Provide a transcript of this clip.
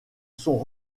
sont